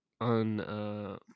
on